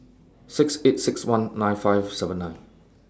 six eight six one nine five seven nine